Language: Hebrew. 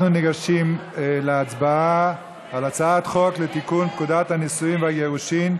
אנחנו ניגשים להצבעה על הצעת חוק לתיקון פקודת הנישואין והגירושין,